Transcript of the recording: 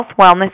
wellness